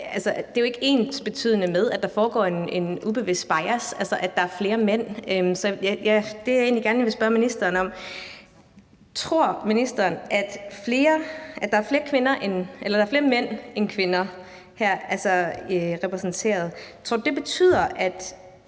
jo ikke er ensbetydende med, at der foregår en ubevidst bias, altså at der er flere mænd. Det, jeg egentlig gerne vil spørge ministeren om, er: Tror ministeren, at det, når der er flere mænd end kvinder repræsenteret, betyder, at